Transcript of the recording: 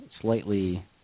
slightly